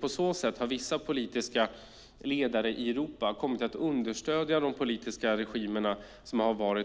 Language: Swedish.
På så sätt har vissa politiska ledare i Europa kommit att understödja regimer